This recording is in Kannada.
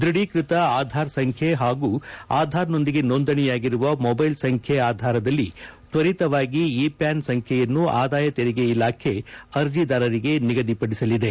ದೃಢೀಕೃತ ಆಧಾರ್ ಸಂಪ್ಯೆ ಹಾಗೂ ಆಧಾರ್ನೊಂದಿಗೆ ನೋಂದಣಿಯಾಗಿರುವ ಮೊಬೈಲ್ ಸಂಖ್ಯೆ ಆಧಾರದಲ್ಲಿ ತ್ವರಿತವಾಗಿ ಇ ಪ್ಯಾನ್ ಸಂಖ್ಯೆಯನ್ನು ಆದಾಯ ತೆರಿಗೆ ಇಲಾಖೆ ಅರ್ಜೆದಾರರಿಗೆ ನಿಗದಿಪಡಿಸಲಿದೆ